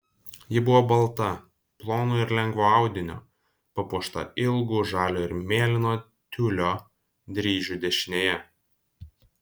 ji buvo balta plono ir lengvo audinio papuošta ilgu žalio ir mėlyno tiulio dryžiu dešinėje